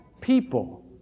people